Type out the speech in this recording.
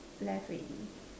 left already